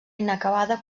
inacabada